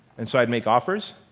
and so i would make offers,